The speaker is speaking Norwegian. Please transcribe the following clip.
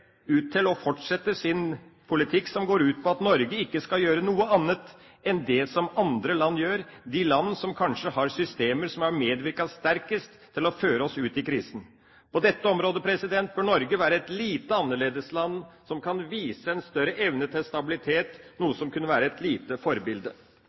ut til å fortsette sin politikk som går ut på at Norge ikke skal gjøre noe annet enn det som andre land gjør, de land som kanskje har systemer som har medvirket sterkest til å føre oss ut i krisen. På dette området bør Norge være et lite annerledesland, som kan vise en større evne til stabilitet,